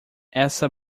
essa